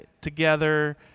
together